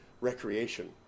recreation